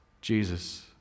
Jesus